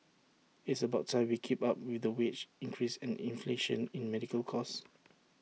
it's about time we keep up with the wage increase and inflation in medical cost